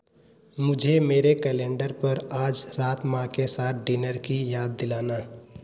मुझे मेरे कैलेंडर पर आज रात माँ के साथ डिनर की याद दिलाना